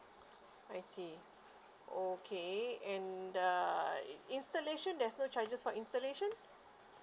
I see okay and the in~ installation there's no charges for installation